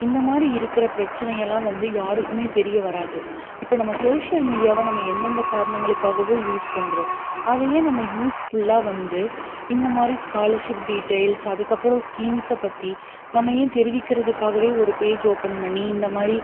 இந்தமாதிரி இருக்கிற பிரச்சினையெல்லாம் வந்து யாருக்குமே தெரிய வராது இப்போ நம்ம சோஷியல் மீடியாவை நாம் எந்தெந்த காரணங்களுக்காகவோ யூஸ் பண்ணுறோம் அதை ஏன் நம்ம யூஸ்ஃபுல்லாக வந்து இந்தமாதிரி ஸ்காலர்ஷிப் டீட்டைல்ஸ் அதுக்கப்புறம் ஸ்கீம்ஸை பற்றி நம்ம ஏன் தெரிவிக்கிறத்துக்காகவே ஒரு பேஜ் ஓபன் பண்ணி இந்தமாதிரி